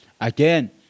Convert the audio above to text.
again